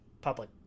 public